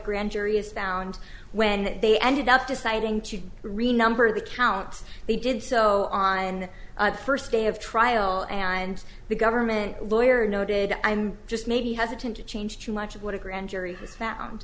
grand jury has found when they ended up deciding to remember the counts they did so on the first day of trial and the government lawyer noted i'm just maybe hesitant to change too much of what a grand jury has found